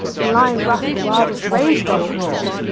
when lion rough in wildest rage doth roar.